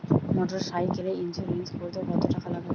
মোটরসাইকেলের ইন্সুরেন্স করতে কত টাকা লাগে?